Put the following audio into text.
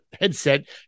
headset